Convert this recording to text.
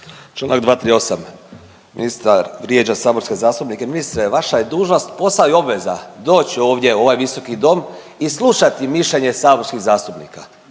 Članak 238. Ministar vrijeđa saborske zastupnike. Ministre vaša je dužnost, posao i obveza doći ovdje u ovaj Visoki dom i slušati mišljenje saborskih zastupnika.